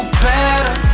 better